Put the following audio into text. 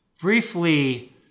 briefly